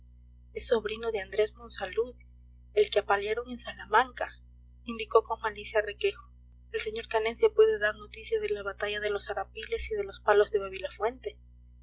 es sobrino de andrés monsalud el que apalearon en salamanca indicó con malicia requejo el sr canencia puede dar noticia de la batalla de los arapiles y de los palos de